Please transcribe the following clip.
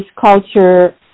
culture